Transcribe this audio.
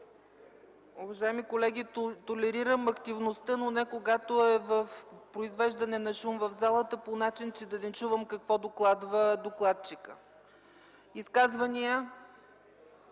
Уважаеми колеги, толерирам активността, но не когато е в произвеждане на шум в залата по начин, че да не чувам какво докладва докладчикът. Изказвания?